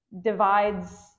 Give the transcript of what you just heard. divides